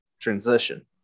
transition